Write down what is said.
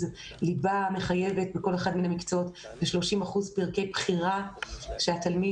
ליבה מחייבת בכל אחד מן המקצועות ו-30 אחוזים פרקי בחירה שהמנהל